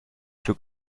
für